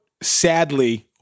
sadly